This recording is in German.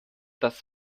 das